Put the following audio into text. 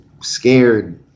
scared